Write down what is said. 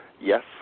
Yes